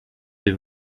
des